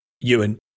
Ewan